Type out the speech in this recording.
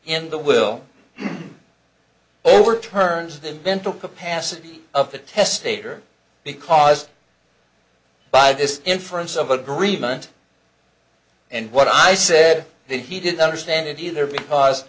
in the will overturns the mental capacity of the test paper because by this inference of agreement and what i said that he didn't understand it either because